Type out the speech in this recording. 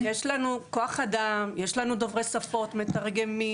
יש לנו כוח אדם, יש לנו דוברי שפות, מתרגמים.